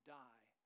die